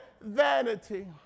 vanity